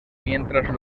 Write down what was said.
mientras